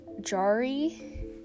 Jari